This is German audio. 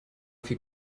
viel